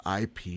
IP